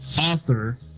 author